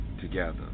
together